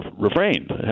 refrained